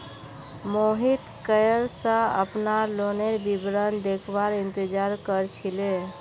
मोहित कइल स अपनार लोनेर विवरण देखवार इंतजार कर छिले